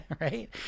Right